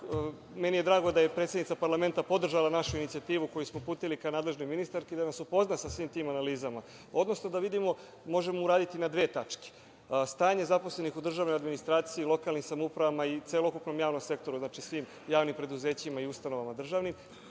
Meni je drago da je predsednica parlamenta podržala našu inicijativu koju smo uputili ka nadležnoj ministarki, da nas upozna sa svim tim analizama, odnosno da vidimo šta možemo uraditi na dve tačke, stanje zaposlenih u državnoj administraciji i lokalnim samoupravama i celokupnom javnom sektoru, svim javnim preduzećima i ustanovama državnim